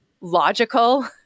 logical